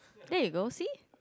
there you go see